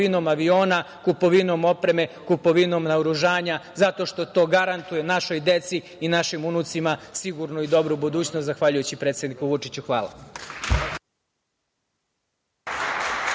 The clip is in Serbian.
kupovinom aviona, kupovinom opreme, kupovinom naoružanja, zato što to garantuje našoj deci i našim unucima sigurnu i dobru budućnost zahvaljujući predsedniku Vučiću. Hvala.